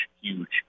huge